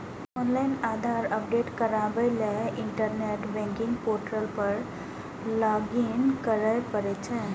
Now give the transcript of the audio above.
online Aadhaar update कराबै लेल internet banking portal पर लॉगइन करय पड़ै छै